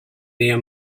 near